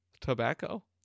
Tobacco